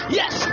yes